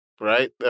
right